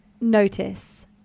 notice